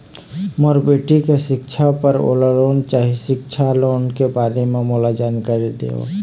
मोर बेटी के सिक्छा पर मोला लोन चाही सिक्छा लोन के बारे म मोला जानकारी देव?